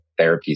therapies